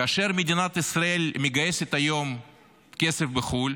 כאשר מדינת ישראל מגייסת היום כסף בחו"ל,